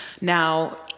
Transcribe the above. Now